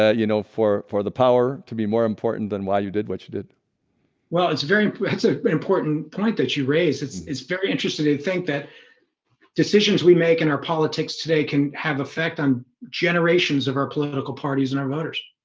ah you know for for the power to be more important than why you did what you did well, it's very imp. it's ah an important point that you raise. it's it's very interesting to think that decisions we make in our politics today can have effect on generations of our political parties and our voters.